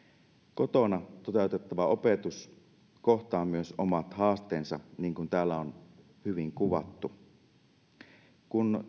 kotona toteutettava opetus kohtaa myös omat haasteensa niin kuin täällä on hyvin kuvattu kun